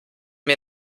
mir